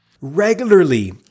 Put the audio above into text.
Regularly